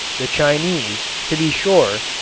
the chinese, to be sure,